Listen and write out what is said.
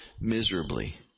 miserably